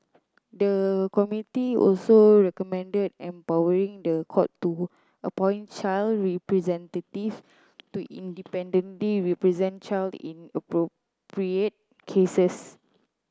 the committee also recommended empowering the court to appoint child representative to independently represent children in appropriate cases